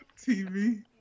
TV